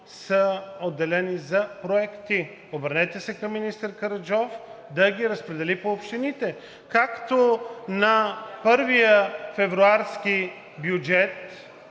са отделени за проекти, обърнете се към министър Караджов да ги разпредели по общините. Както на първия февруарски бюджет